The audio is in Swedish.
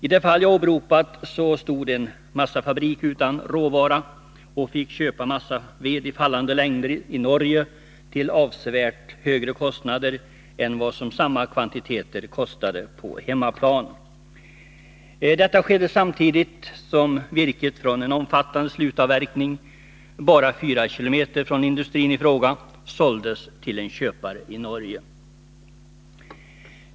I det fall jag åberopat stod en massafabrik utan råvara och fick köpa massaved i fallande längder i Norge till avsevärt högre priser än vad samma kvantiteter kostade på hemmaplan. Detta skedde samtidigt som virket från en omfattande slutavverkning, som ägde rum bara fyra kilometer från industrin i fråga, såldes till en köpare i Norge.